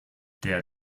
der